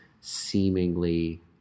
seemingly